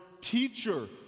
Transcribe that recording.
teacher